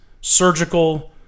surgical